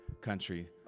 country